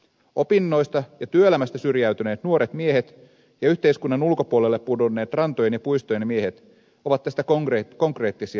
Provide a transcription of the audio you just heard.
opinnoista ja työelämästä syrjäytyneet nuoret miehet ja yhteiskunnan ulkopuolelle pudonneet rantojen ja puistojen miehet ovat tästä konkreettisia esimerkkejä